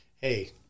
hey